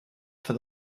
for